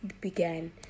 began